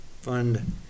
fund